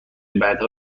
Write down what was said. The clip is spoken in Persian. بعدها